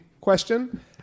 question